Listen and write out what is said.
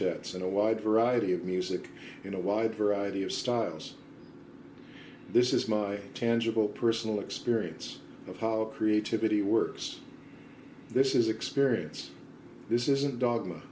tets and a wide variety of music in a wide variety of styles this is my tangible personal experience of how creativity works this is experience this isn't dog